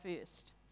first